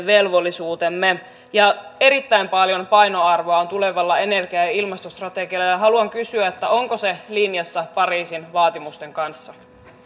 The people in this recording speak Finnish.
velvollisuutemme erittäin paljon painoarvoa on tulevalla energia ja ja ilmastostrategialla ja ja haluan kysyä onko se linjassa pariisin vaatimusten kanssa